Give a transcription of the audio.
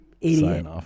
Idiot